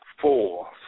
four